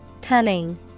Cunning